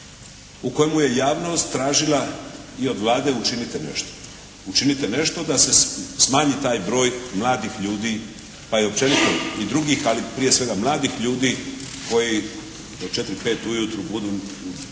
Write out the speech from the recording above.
u kojemu je javnost tražila i od Vlade učinite nešto. Učinite nešto da se smanji taj broj mladih ljudi pa i općenito i drugih, ali prije svega mladih ljudi koji do 4, 5 ujutru budu u